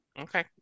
Okay